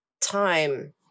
time